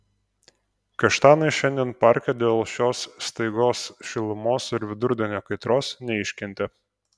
kaštanai šiandien parke dėl šios staigios šilumos ir vidurdienio kaitros neiškentė